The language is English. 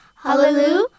Hallelujah